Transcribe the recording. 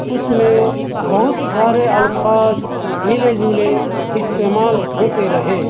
اس میں بہت سارے الفاظ ملے جلے استعمال ہوتے رہے